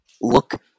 Look